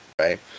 right